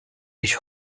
ich